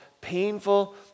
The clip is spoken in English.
painful